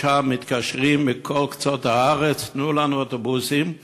בכל שעה מתקשרים מכל קצוות הארץ: תנו לנו אוטובוסים,